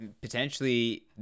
potentially